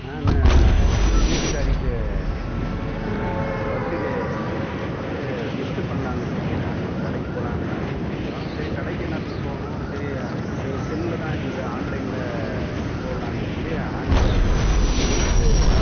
நான் எங்கள் வீட்டுக்காரிக்கு பர்த்டேன் ட்டு கிஃப்ட் பண்ணலான்னு சொல்லி நான் கடைக்கு போகலான்னு இருந்தோம் சரி கடைக்கு என்னத்துக்கு போகணும் சரி இது செல்லில் தான் இருக்குதே ஆன்லைனில் போடலான்னு சொல்லி ஹேண்ட் பேகு அந்த லேடீஸ் இது